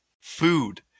food